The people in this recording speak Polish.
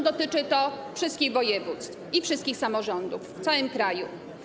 Dotyczy to zresztą wszystkich województw i wszystkich samorządów w całym kraju.